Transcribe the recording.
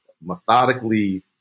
methodically